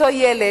אותו ילד,